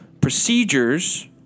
procedures